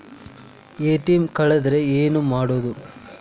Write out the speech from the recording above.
ATM ಕಳದ್ರ ಏನು ಮಾಡೋದು?